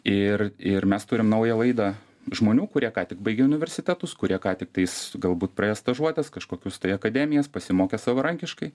ir ir mes turim naują laidą žmonių kurie ką tik baigė universitetus kurie ką tik tais galbūt praėjo stažuotes kažkokius tai akademijas pasimokę savarankiškai